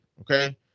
okay